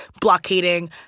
blockading